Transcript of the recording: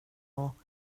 och